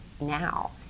now